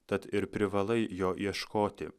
tad ir privalai jo ieškoti